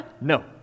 no